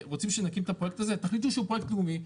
שנפעיל אותו אז תחליטו שהוא פרויקט לאומי,